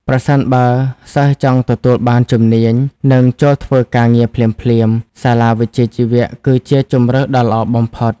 ប្រសិនបើសិស្សចង់ទទួលបានជំនាញនិងចូលធ្វើការងារភ្លាមៗ សាលាវិជ្ជាជីវៈគឺជាជម្រើសដ៏ល្អបំផុត។